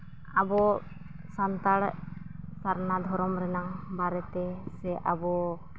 ᱟᱵᱚ ᱥᱟᱱᱛᱟᱲ ᱥᱟᱨᱱᱟ ᱫᱷᱚᱨᱚᱢ ᱨᱮᱱᱟᱜ ᱵᱟᱨᱮᱛᱮ ᱥᱮ ᱟᱵᱚ